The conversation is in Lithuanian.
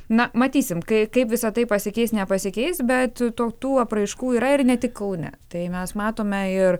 na matysime kai kaip visa tai pasikeis nepasikeis bet tų tų apraiškų yra ir ne tik kaune tai mes matome ir